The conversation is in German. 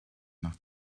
nach